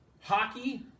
Hockey